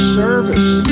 service